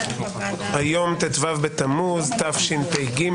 היום ט"ו בתמוז תשפ"ג,